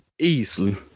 easily